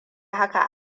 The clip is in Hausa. hakan